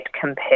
compared